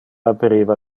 aperiva